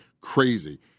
crazy